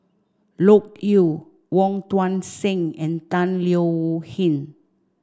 Loke Yew Wong Tuang Seng and Tan Leo Wee Hin